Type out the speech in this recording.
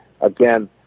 Again